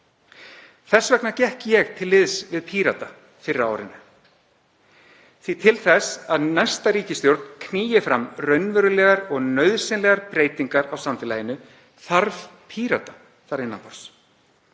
Þess vegna gekk ég til liðs við Pírata fyrr á árinu, því að til þess að næsta ríkisstjórn knýi fram raunverulegar og nauðsynlegar breytingar á samfélaginu þarf Pírata þar innan borðs,